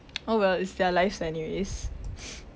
oh well it's their lifestyle anyways